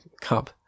cup